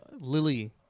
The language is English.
Lily